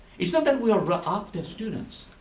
it's not that we are but after students.